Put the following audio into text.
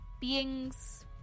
Beings